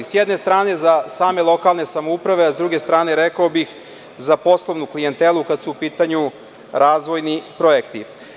S jedne strane na same lokalne samouprave, a s druge strane rekao bih za poslovnu klijentelu kada su u pitanju razvojni projekti.